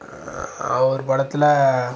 அவர் படத்தில்